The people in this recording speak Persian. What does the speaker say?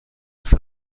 است